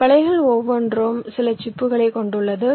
இந்த பலகைகள் ஒவ்வொன்றும் சில சிப்புகளை கொண்டுள்ளது